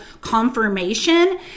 confirmation